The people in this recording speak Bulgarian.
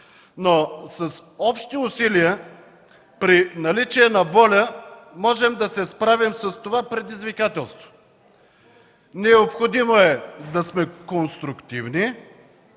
но с общи усилия, при наличие на воля можем да се справим с това предизвикателство. Необходимо е да сме конструктивни